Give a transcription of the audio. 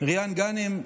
ריאן גאנם,